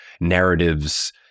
narratives